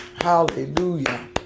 Hallelujah